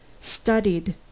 Studied